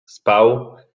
spał